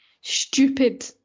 stupid